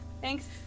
Thanks